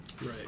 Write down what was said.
Right